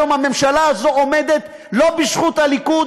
היום הממשלה הזאת עומדת לא בזכות הליכוד,